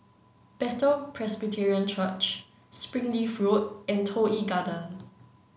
Bethel Presbyterian Church Springleaf Road and Toh Yi Garden